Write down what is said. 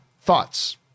thoughts